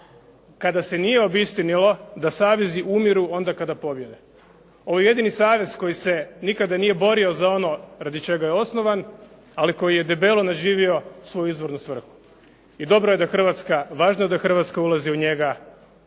kada se nije obistinilo da savezi umiru onda kada pobjede. Ovo je jedini savez koji se nikada nije borio za ono radi čega je osnovan, ali koji je debelo nadživio svoju izvornu svrhu i dobro je da Hrvatska, važno je da Hrvatska ulazi u njega